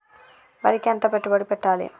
వరికి ఎంత పెట్టుబడి పెట్టాలి?